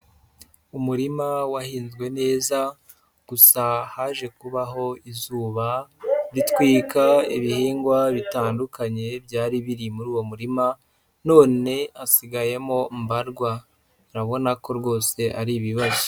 Umurima wahinzwe neza, gusa haje kubaho izuba ritwika ibihingwa bitandukanye byari biri muri uwo murima none hasigayemo mbarwa, urabona ko rwose ari ibibazo.